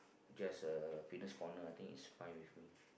just a fitness corner I think is fine with me